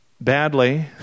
badly